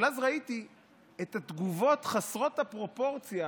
אבל אז ראיתי את התגובות חסרות הפרופורציה